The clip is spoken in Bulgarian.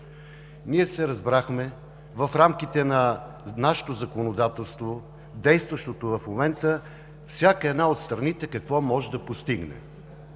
Ние се разбрахме в рамките на нашето законодателство, действащото в момента, всяка една от страните какво може да постигне.